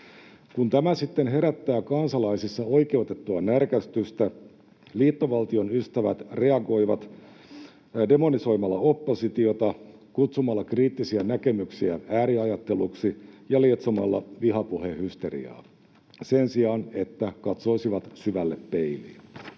Kun tämä sitten herättää kansalaisissa oikeutettua närkästystä, liittovaltion ystävät reagoivat demonisoimalla oppositiota, kutsumalla kriittisiä näkemyksiä ääriajatteluksi ja lietsomalla vihapuhehysteriaa sen sijaan, että katsoisivat syvälle peiliin.